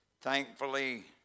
Thankfully